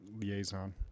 liaison